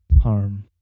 harm